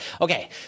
okay